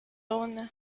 una